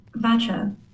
Vacha